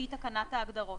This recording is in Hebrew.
שהיא תקנת ההגדרות.